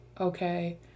okay